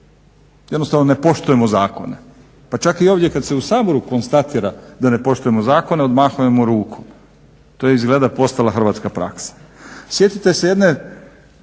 Jednostavno ne poštujemo zakone, pa čak i ovdje u Saboru konstatira da ne poštujemo zakone odmahujemo rukom. To je izgleda postala hrvatska praksa. Sjetite se jedne